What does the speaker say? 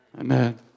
Amen